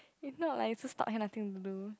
if not like you also stuck here nothing to do